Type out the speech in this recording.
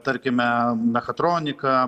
tarkime mechatronika